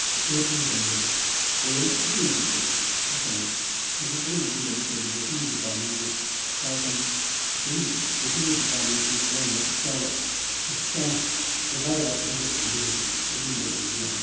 ꯆꯤꯛꯂꯛꯄ ꯃꯇꯝꯗꯗꯤ ꯄꯣꯠꯂꯨꯝ ꯑꯗꯨꯛꯀꯤ ꯃꯇꯤꯛ ꯊꯣꯛꯏ ꯁꯥ ꯁꯟ ꯍꯥꯏꯁꯤ ꯃꯁꯤ ꯀꯣꯛꯅꯕꯒꯤꯗꯃꯛꯇꯗꯤ ꯕꯦꯇꯦꯅꯔꯤ ꯗꯤꯄꯥꯔꯠꯃꯦꯟꯁꯤ ꯁꯥ ꯁꯟ ꯕꯦꯇꯦꯅꯔꯤ ꯗꯤꯄꯥꯔꯠꯃꯦꯟꯁꯤ ꯈꯔ ꯃꯇꯤꯛ ꯆꯥꯕ ꯃꯇꯤꯛ ꯆꯥꯅ ꯖꯒꯥ ꯖꯒꯥ ꯈꯨꯗꯤꯡꯗ ꯊꯝꯕꯤꯕꯁꯤ ꯑꯩꯒꯤ ꯃꯣꯠꯇꯗꯤ ꯌꯥꯝ ꯄꯥꯝꯖꯩ